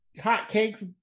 hotcakes